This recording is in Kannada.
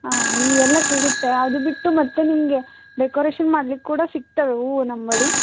ಆಂ ಈಗ ಎಲ್ಲ ಸಿಗುತ್ತೆ ಅದು ಬಿಟ್ಟು ಮತ್ತು ನಿಮಗೆ ಡೆಕೋರೇಷನ್ ಮಾಡ್ಲಿಕ್ಕೆ ಕೂಡ ಸಿಗ್ತವೆ ಹೂವು ನಮ್ಮ ಬಳಿ